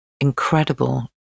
incredible